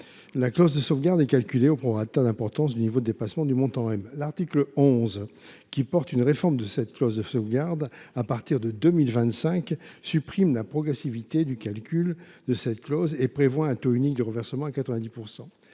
La clause de sauvegarde est calculée au prorata de l’importance du niveau de dépassement du montant M. L’article 11, qui tend à réformer la clause de sauvegarde à partir de 2025, supprime la progressivité du calcul de la clause de sauvegarde et prévoit un taux unique de reversement à 90 %.